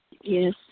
Yes